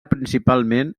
principalment